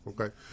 Okay